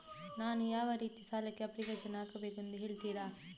ನಾನು ಯಾವ ರೀತಿ ಸಾಲಕ್ಕೆ ಅಪ್ಲಿಕೇಶನ್ ಹಾಕಬೇಕೆಂದು ಹೇಳ್ತಿರಾ?